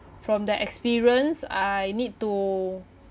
from the experience I need to